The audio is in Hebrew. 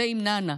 תה עם נענע.